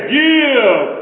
give